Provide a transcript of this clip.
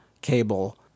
cable